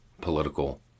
political